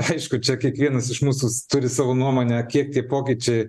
aišku čia kiekvienas iš mūsų turi savo nuomonę kiek tie pokyčiai